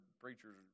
preachers